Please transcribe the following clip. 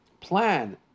plan